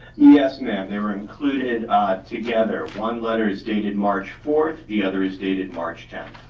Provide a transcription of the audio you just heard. yes, ma'am, they were included together. one letter is dated march fourth, the other is dated march tenth.